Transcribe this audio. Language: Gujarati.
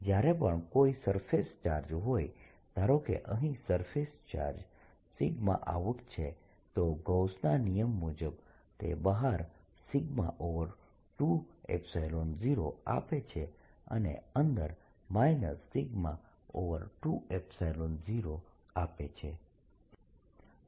જ્યારે પણ કોઈ સરફેસ ચાર્જ હોય ધારો કે અહીં સરફેસ ચાર્જ out છે તો ગૌસના નિયમ મુજબ તે બહાર 20 આપે છે અને અંદર 20 આપે છે